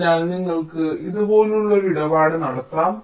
അതിനാൽ നിങ്ങൾക്ക് ഇതുപോലുള്ള ഒരു ഇടപാട് നടത്താം